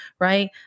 right